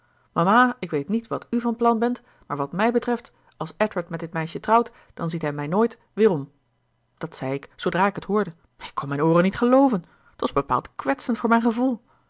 mama ik weet niet wat u van plan bent maar wat mij betreft als edward met dit meisje trouwt dan ziet hij mij nooit weerom dat zei ik zoodra ik t hoorde ik kon mijn ooren niet gelooven t was bepaald kwetsend voor mijn gevoel